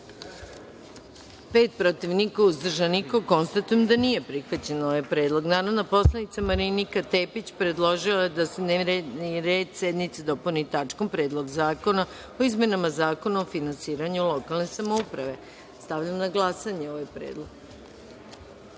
pet, protiv – niko, uzdržanih - nema. Konstatujem da nije prihvaćen ovaj predlog. Narodna poslanica Marinika Tepić predložila je da se dnevni red sednice dopuni tačkom – Predlog zakona o izmenama Zakona o finansiranju lokalne samouprave. Stavljam na glasanje ovaj